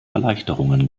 erleichterungen